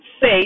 say